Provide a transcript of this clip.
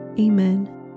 Amen